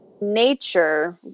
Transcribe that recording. nature